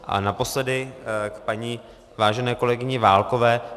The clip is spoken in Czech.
A naposledy k paní vážené kolegyni Válkové.